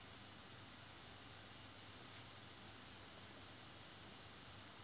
uh